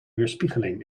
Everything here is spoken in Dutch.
weerspiegeling